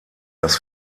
dass